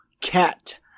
Cat